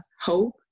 hope